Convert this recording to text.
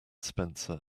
spencer